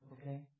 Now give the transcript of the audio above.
Okay